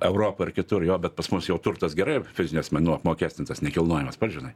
europoj ir kitur jo bet pas mus jauo turtas gerai fizinių asmenų apmokestintas nekilnojamas pats žinai